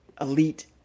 elite